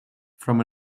from